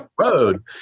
Road